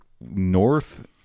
north